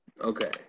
Okay